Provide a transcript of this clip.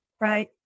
right